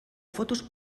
fotos